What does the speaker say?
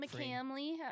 McCamley